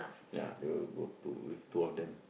ya we were go to these two of them